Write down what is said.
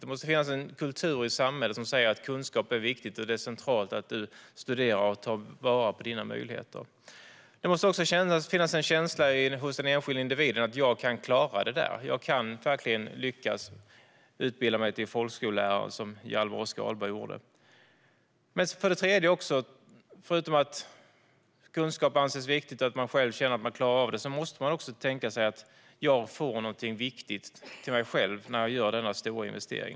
Det måste finnas en kultur i samhället som säger att kunskap är viktigt och att det är centralt att man studerar och tar vara på sina möjligheter. Det måste också finnas en känsla hos den enskilde individen som säger: Jag kan klara detta. Jag kan verkligen lyckas att utbilda mig till folkskollärare, som Hjalmar Oskar Ahlberg gjorde. Förutom att kunskap anses viktigt och att man själv känner att man klarar av det måste man också tänka sig att man får något viktigt till sig själv när man gör denna stora investering.